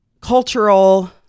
cultural